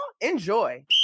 enjoy